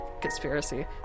conspiracy